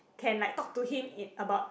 can like talk to him in about